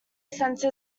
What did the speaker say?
centre